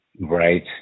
Right